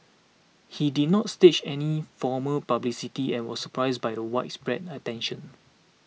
he did not stage any formal publicity and was surprised by the widespread attention